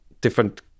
different